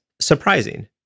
surprising